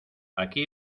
aquí